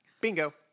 Bingo